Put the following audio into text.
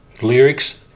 Lyrics